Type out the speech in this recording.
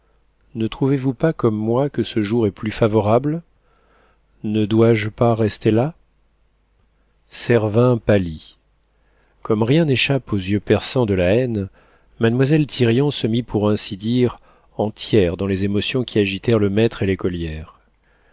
ne trouvez-vous pas comme moi que ce jour est plus favorable ne dois-je pas rester là servin pâlit comme rien n'échappe aux yeux perçants de la haine mademoiselle thirion se mit pour ainsi dire en tiers dans les émotions qui agitèrent le maître et l'écolière